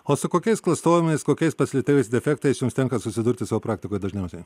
o su kokiais klastojimais kokiais paslėptais defektais jums tenka susidurti savo praktikoj dažniausiai